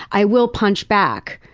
i will punch back.